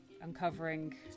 uncovering